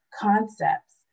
concepts